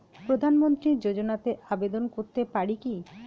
প্রধানমন্ত্রী যোজনাতে আবেদন করতে পারি কি?